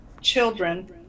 children